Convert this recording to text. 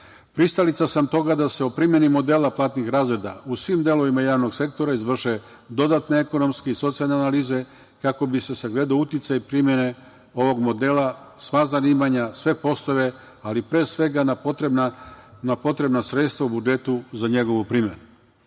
skupštini. Pristalica sam toga da se o primeni modela platnih razreda u svim delovima javnog sektora izvrše dodatne ekonomske i socijalne analize, kako bi se sagledao uticaj primene ovog modela na sva zanimanja, sve poslove, ali pre svega na potrebna sredstva u budžetu za njegovu primenu.U